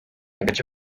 agace